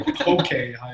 okay